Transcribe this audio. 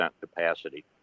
capacity